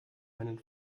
einen